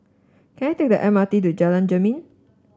can I take the M R T to Jalan Jermin